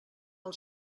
del